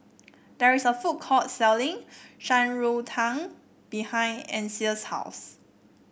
there is a food court selling Shan Rui Tang behind Ancil's house